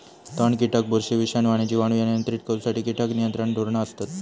तण, कीटक, बुरशी, विषाणू आणि जिवाणू नियंत्रित करुसाठी कीटक नियंत्रण धोरणा असत